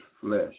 flesh